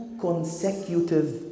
consecutive